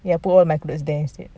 ya put all my clothes there instead